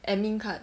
admin card